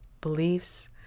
beliefs